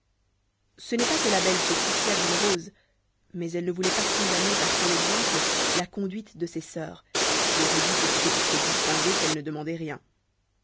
ce n'est pas que la belle se souciât d'une rose mais elle ne voulait pas condamner par son exemple la conduite de ses sœurs qui auraient dit que c'était pour se distinguer qu'elle ne demandait rien